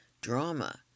drama